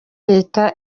leta